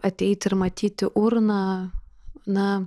ateiti ir matyti urną na